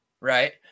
right